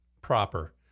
proper